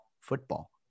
football